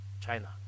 China